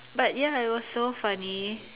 but ya it was so funny